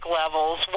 levels